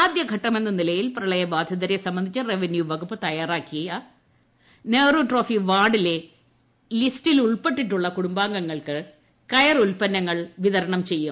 ആദ്യഘട്ടമെന്ന നിലയിൽ പ്രളയബാധിതരെ സംബന്ധിച്ച് റവന്യൂ വകുപ്പ് തയ്യാറാക്കിയ നെഹ്റുട്രോഫി വാർഡിലെ ലിസ്റ്റിൽ ഉൾപ്പെട്ടിട്ടുള്ള കുടുംബാംഗങ്ങൾക്ക് കയറുൽപ്പന്നങ്ങൾ വിതരണം ചെയ്യും